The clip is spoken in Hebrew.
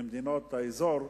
ממדינות האזור,